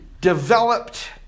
Developed